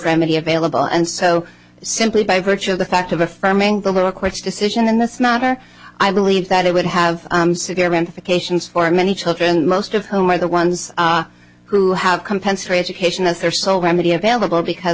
remedy available and so simply by virtue of the fact of affirming the requests decision in this matter i believe that it would have meant for cations for many children most of whom are the ones who have compensatory education as their sole remedy available because